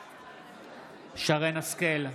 בעד שרן מרים השכל,